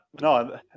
No